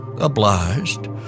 obliged